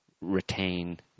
retain